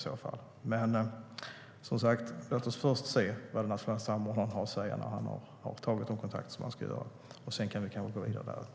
Som sagt, låt oss först se vad den nationella samordnaren har att säga när han har tagit de kontakter som han ska göra. Sedan kan vi gå vidare därifrån.